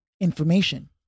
information